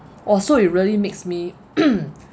oh so it really makes me